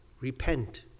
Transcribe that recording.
repent